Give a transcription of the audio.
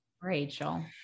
rachel